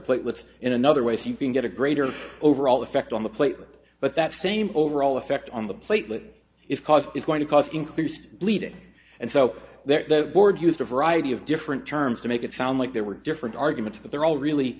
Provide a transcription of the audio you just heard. platelets in another way so you can get a greater overall effect on the player but that same overall effect on the platelet is cause is going to cause increased bleeding and so there the board used a variety of different terms to make it sound like there were different arguments but they're all really